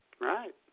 Right